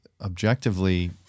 objectively